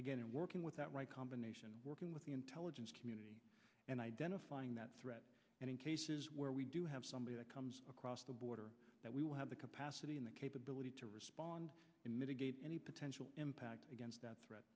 again and working with that right combination working with the intelligence community and identifying that threat and in cases where we do have somebody that comes across the border that we will have the capacity and the capability to respond and mitigate any potential impact against that threat